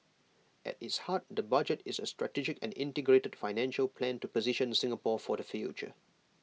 at its heart the budget is A strategic and integrated financial plan to position Singapore for the future